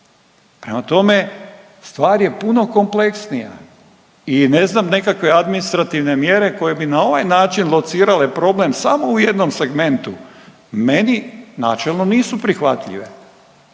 Prema tome, stvar je puno kompleksnija i ne znam nekakve administrativne mjere koje bi na ovaj način locirale problem samo u jednom segmentu meni načelno nisu prihvatljive.